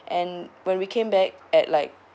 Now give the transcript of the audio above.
and when we came back at like